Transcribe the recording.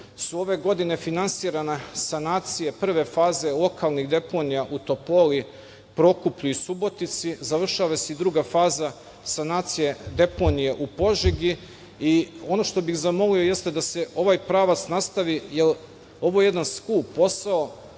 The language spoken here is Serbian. su ove godine finasirana sanacije prve faze lokalnih deponija u Topoli, Prokuplju i Subotici, a završava se i druga faza sanacije deponije u Požegi, i ono što bih zamolio jeste da se ovaj pravac nastavi, jer ovo je jedan skup